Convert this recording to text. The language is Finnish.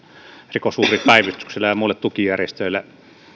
rikosuhripäivystykselle ja ja muille tukijärjestöille